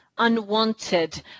unwanted